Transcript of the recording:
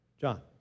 John